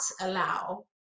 allow